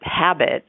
habit